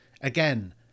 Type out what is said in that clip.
Again